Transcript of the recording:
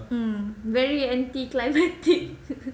mm very anti climactic